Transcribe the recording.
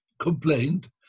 complained